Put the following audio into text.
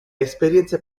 esperienze